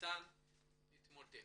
ניתן להתמודד.